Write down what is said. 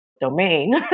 domain